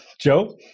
Joe